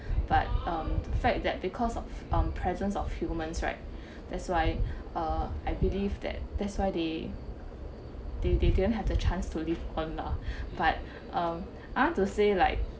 but um the fact that because of um presence of humans right that's why uh I believe that that's why they they they didn't have the chance to live on lah but I want to say like